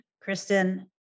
Kristen